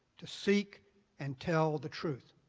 to seek and tell the truth